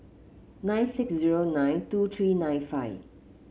nine six zero nine two three nine five